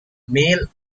male